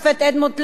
השופט אדמונד לוי,